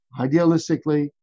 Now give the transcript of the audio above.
Idealistically